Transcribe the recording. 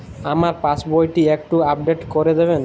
আমার পাসবই টি একটু আপডেট করে দেবেন?